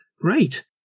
great